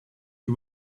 you